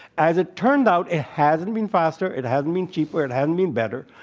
as it turned out, it hasn't been faster. it hasn't been cheaper. it hasn't been better.